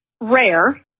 rare